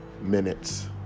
minutes